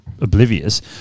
oblivious